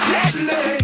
Deadly